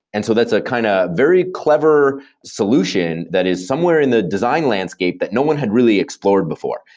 and so that's a kind of very clever solution that is somewhere in the design landscape that no one had really explored before.